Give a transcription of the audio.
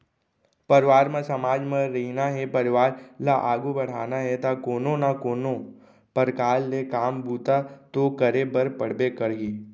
परवार म समाज म रहिना हे परवार ल आघू बड़हाना हे ता कोनो ना कोनो परकार ले काम बूता तो करे बर पड़बे करही